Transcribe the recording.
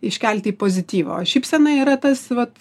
iškelti į pozityvą o šypsena yra tas vat